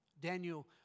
Daniel